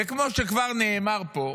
וכמו שכבר נאמר פה,